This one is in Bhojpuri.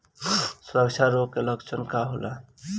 खुरहा रोग के लक्षण का होला?